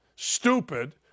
Stupid